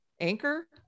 Anchor